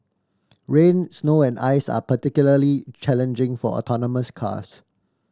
rain snow and ice are particularly challenging for autonomous cars